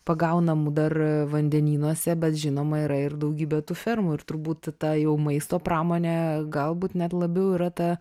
pagaunamų dar vandenynuose bet žinoma yra ir daugybė tų fermų ir turbūt ta jau maisto pramonė galbūt net labiau yra ta